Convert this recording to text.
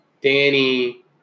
Danny